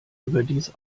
überdies